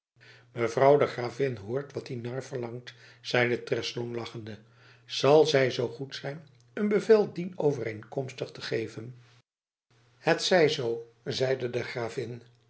mevrouw de gravin hoort wat die nar verlangt zeide treslong lachende zal zij zoo goed zijn een bevel dienovereenkomstig te geven het zij zoo zeide de gravin